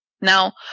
Now